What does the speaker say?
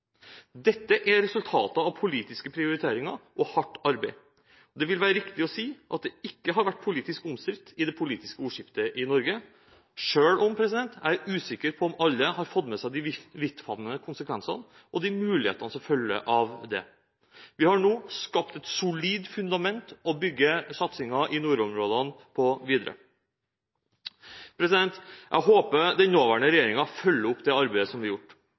Dette er resultater av politiske prioriteringer og hardt arbeid, og det vil være riktig å si at det ikke har vært politisk omstridt i det politiske ordskiftet i Norge, selv om jeg er usikker på om alle har fått med seg de vidtfavnende konsekvensene og de mulighetene som følger av det. Vi har nå skapt et solid fundament å bygge den videre satsingen i nordområdene på. Jeg håper den nåværende regjeringen følger opp det arbeidet som er gjort.